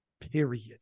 Period